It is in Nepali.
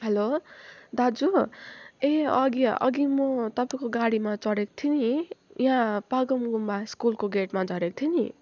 हेलो दाजु ए अघि अघि म तपाईँको गाडीमा चढेको थिएँ नि यहाँ पागोम गुम्बा स्कुलको गेटमा झरेको थिएँ नि